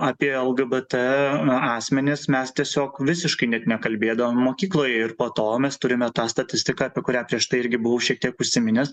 apie lgbt asmenis mes tiesiog visiškai net nekalbėdavom mokykloje ir po to mes turime tą statistiką apie kurią prieš tai irgi buvau šiek tiek užsiminęs